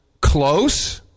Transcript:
Close